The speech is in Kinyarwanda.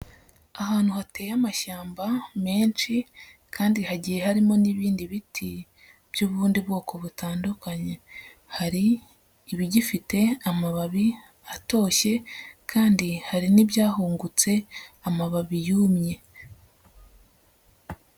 Ahantu hateye amashyamba menshi, kandi hagiye harimo n'ibindi biti by'ubundi bwoko butandukanye, hari ibigifite amababi atoshye, kandi hari n'ibyahungutse, amababi yumye.